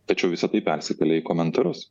tačiau visa tai persikelia į komentarus